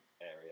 area